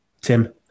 Tim